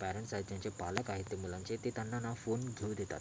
parents आहे ज्यांचे पालक आहेत ते मुलांचे ते त्यांना ना फोन घेऊन देतात